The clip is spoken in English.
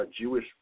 Jewish